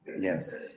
Yes